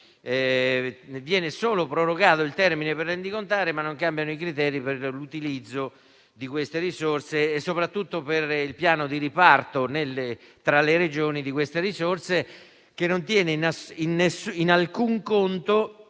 viene solo prorogato il termine per rendicontare, ma non cambiano i criteri per l'utilizzo di queste risorse e soprattutto per il piano di riparto delle risorse tra le Regioni, che non tiene in alcun conto